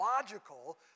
logical